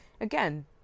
again